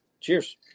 Cheers